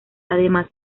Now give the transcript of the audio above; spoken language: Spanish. además